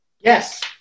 Yes